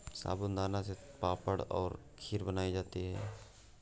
साबूदाना से पापड़ और खीर बनाई जाती है